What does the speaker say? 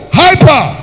hyper